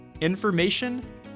information